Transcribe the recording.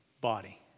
body